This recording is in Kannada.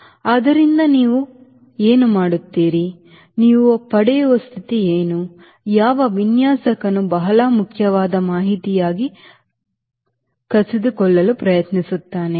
ಆದ್ದರಿಂದ ನೀವು ಏನು ಮಾಡುತ್ತೀರಿ ನೀವು ಪಡೆಯುವ ಸ್ಥಿತಿ ಏನು ಯಾವ ವಿನ್ಯಾಸಕನು ಬಹಳ ಮುಖ್ಯವಾದ ಮಾಹಿತಿಯಾಗಿ ಕಸಿದುಕೊಳ್ಳಲು ಪ್ರಯತ್ನಿಸುತ್ತಾನೆ